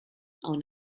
aun